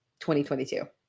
2022